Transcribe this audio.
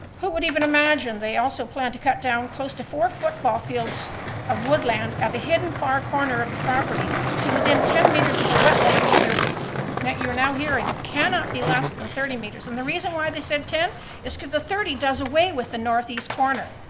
who would even imagine they also plan to cut down close to four football fields of woodland at the hidden far corner of the property to within ten meters of a wetland where there's, ah you're now hearing, cannot be less than thirty meters. and the reason why they said ten is cause the thirty does away with the northeast corner.